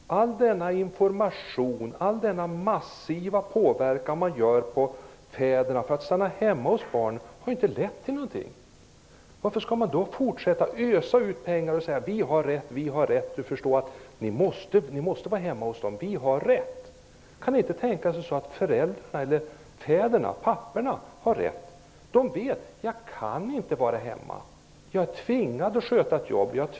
All denna information, all denna massiva påverkan på papporna, för att de skall stanna hemma hos barnen, har inte lett till någonting. Varför skall man då fortsätta att ösa ut pengar och säga: Vi har rätt, och ni måste förstå att ni måste vara hos barnen! Kan det inte tänkas att föräldrarna eller papporna har rätt? De vet att de inte kan vara hemma, därför att de är tvingade att sköta ett jobb.